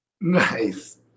Nice